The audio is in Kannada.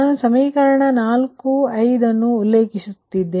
ಇದು ನಾನು ಸಮೀಕರಣ 4 ಸಮೀಕರಣ 5 ಅನ್ನು ಉಲ್ಲೇಖಿಸುತ್ತಿದ್ದೇನೆ